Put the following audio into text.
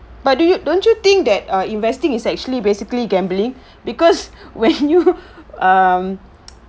but do you don't you think that ah investing is actually basically gambling because when you um